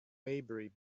maybury